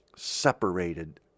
separated